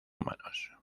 humanos